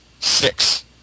six